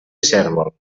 cérvol